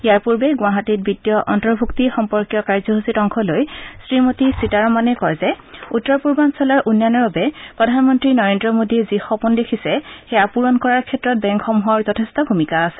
ইয়াৰ পূৰ্বে গুৱাহাটীত বিত্তীয় অন্তৰ্ভূক্তি সম্পৰ্কীয় কাৰ্যসূচীত অংশ লৈ শ্ৰীমতী সীতাৰমণে কয় যে উত্তৰ পূৰ্বাঞ্চলৰ উন্নয়নৰ বাবে প্ৰধানমন্ত্ৰী নৰেন্দ্ৰ মোদীয়ে যি সপোন দেখিছে সেয়া প্ৰণ কৰাৰ ক্ষেত্ৰত বেংকসমূহৰ যথেষ্ঠ ভূমিকা আছে